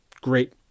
great